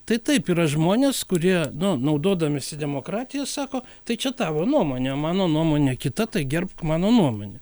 tai taip yra žmonės kurie nu naudodamiesi demokratija sako tai čia tavo nuomonė o mano nuomonė kita tai gerbk mano nuomonę